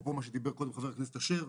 אפרופו מה שדיבר עליו קודם חבר הכנסת אשר.